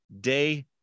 day